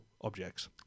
objects